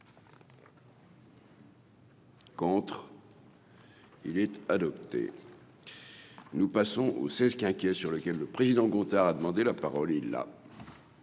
Contre il était adopté. Nous passons au c'est qui, inquiet sur lequel le président Gontard, a demandé la parole il là.